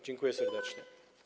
Dziękuję serdecznie.